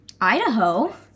Idaho